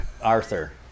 arthur